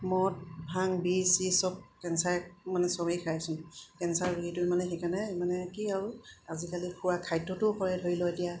মদ ভাং বিড়ি চিড়ি চব কেঞ্চাৰ মানে চবেই খায় চোন কেঞ্চাৰ বুলিতো মানে সেইকাৰণে মানে কি আৰু আজিকালি খোৱা খাদ্যটোও কৰে ধৰি লওঁ এতিয়া